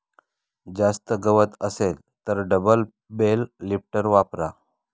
जास्त गवत असेल तर डबल बेल लिफ्टर वापरा